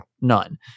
none